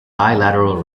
bilateral